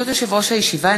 ברשות יושב-ראש הישיבה,